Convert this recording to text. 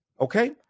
Okay